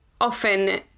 often